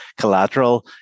collateral